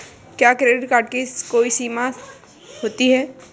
क्या credit card की कोई समय सीमा होती है?